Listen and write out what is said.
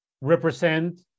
represent